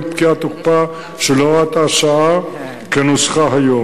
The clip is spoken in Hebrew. פקיעת תוקפה של הוראת השעה כנוסחה היום.